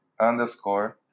underscore